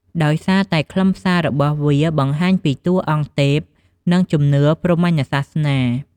ដោយសារតែខ្លឹមសាររបស់វាបង្ហាញពីតួអង្គទេព និងជំនឿព្រហ្មញ្ញសាសនា។